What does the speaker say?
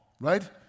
right